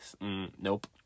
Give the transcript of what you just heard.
Nope